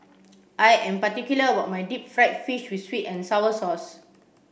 I am particular about my deep fried fish with sweet and sour sauce